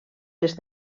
les